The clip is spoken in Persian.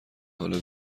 حالا